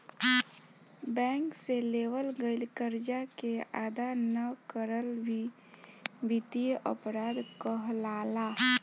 bank से लेवल गईल करजा के अदा ना करल भी बित्तीय अपराध कहलाला